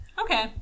Okay